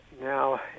now